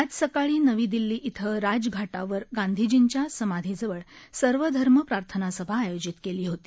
आज सकाळी नवी दिल्ली ध्वं राजघाटावर गांधीजींच्या समाधीजवळ सर्वधर्म प्रार्थनासभा आयोजित केली होती